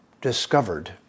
discovered